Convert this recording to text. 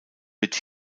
wird